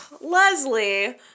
Leslie